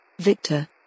Victor